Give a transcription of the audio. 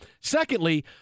Secondly